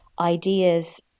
ideas